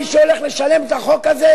מי שהולך לשלם את החוק הזה,